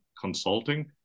Consulting